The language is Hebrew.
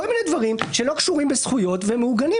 כל מיני דברים שלא קשורים בזכויות ומעוגנים